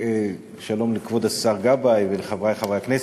ושלום לכבוד השר גבאי ולחברי חברי הכנסת.